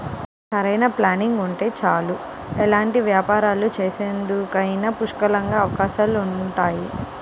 సరైన ప్లానింగ్ ఉంటే చాలు ఎలాంటి వ్యాపారాలు చేసేందుకైనా పుష్కలంగా అవకాశాలుంటాయి